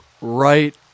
right